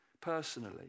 personally